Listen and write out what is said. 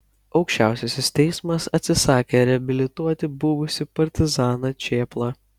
aukščiausiasis teismas atsisakė reabilituoti buvusį partizaną čėplą